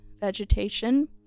vegetation